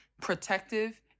protective